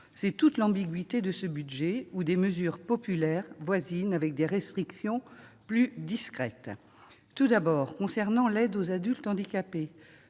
C'est toute l'ambiguïté de ce budget, où des mesures populaires voisinent avec des restrictions plus discrètes. Tout d'abord, concernant l'AAH, je souscris